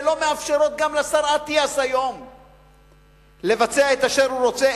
ולא מאפשרות גם לשר אטיאס היום לבצע את אשר הוא רוצה,